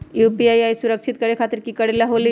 UPI सुरक्षित करे खातिर कि करे के होलि?